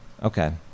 Okay